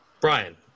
brian